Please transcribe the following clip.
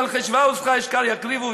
מלכי שבא וסבא אשכר יקריבו.